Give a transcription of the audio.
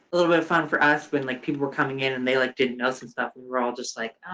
a little bit of fun for us when, like, people were coming in and they like didn't know some stuff and we were all just, like,